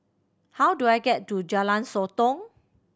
how do I get to Jalan Sotong